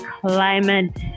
climate